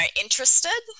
interested